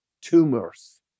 tumors